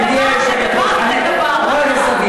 זה לא בסדר.